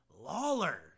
Lawler